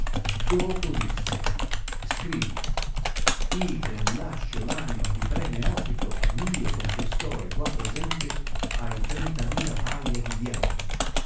dopo disse scrivi rem lascio r anima di pre neofito mio confessore qua presente a i trenta mila paia di diavoli